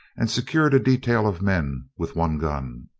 and secured a detail of men with one gun.